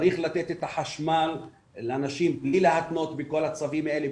צריך לתת את החשמל לאנשים בלי להתנות בכל הצווים האלה,